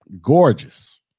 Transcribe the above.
Gorgeous